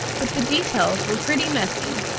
but the details were pretty messy,